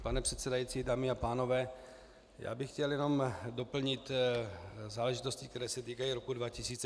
Pane předsedající, dámy a pánové, já bych chtěl jenom doplnit záležitosti, které se týkají roku 2014.